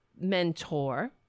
mentor